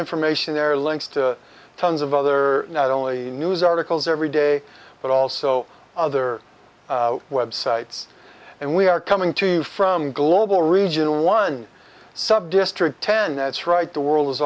information there links to tons of other not only news articles every day but also other websites and we are coming to you from global regional one subdistrict ten that's right the world